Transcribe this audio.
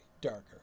darker